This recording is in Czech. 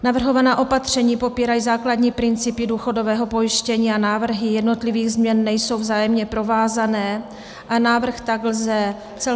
Navrhovaná opatření popírají základní principy důchodového pojištění a návrhy jednotlivých změn nejsou vzájemně provázané, a návrh tak lze celkově